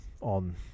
on